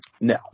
No